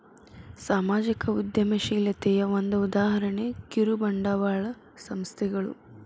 ಸಾಮಾಜಿಕ ಉದ್ಯಮಶೇಲತೆಯ ಒಂದ ಉದಾಹರಣೆ ಕಿರುಬಂಡವಾಳ ಸಂಸ್ಥೆಗಳು